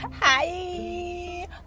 Hi